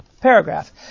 paragraph